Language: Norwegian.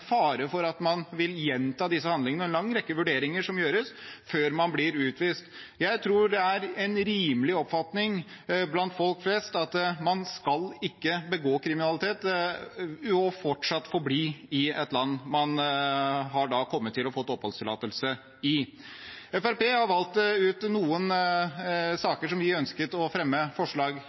fare for at man vil gjenta disse handlingene – det er en lang rekke vurderinger som gjøres før man blir utvist. Jeg tror det er en rimelig oppfatning blant folk flest at man ikke skal begå kriminalitet og fortsatt få bli i et land man har kommet til og fått oppholdstillatelse i. Fremskrittspartiet har valgt ut noen saker der vi ønsket å fremme forslag.